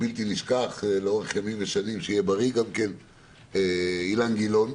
חבר כנסת לשעבר אילן גילאון,